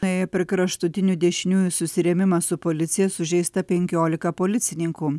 nuėję prie kraštutinių dešiniųjų susirėmimą su policija sužeista penkiolika policininkų